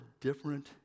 different